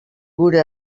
gure